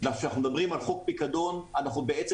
כשאנחנו מדברים על חוק פיקדון אנחנו בעצם